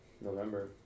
November